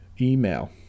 email